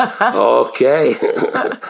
Okay